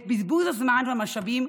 את בזבוז הזמן והמשאבים,